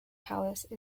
palace